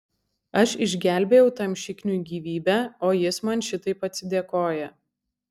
aš išgelbėjau tam šikniui gyvybę o jis man šitaip atsidėkoja